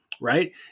right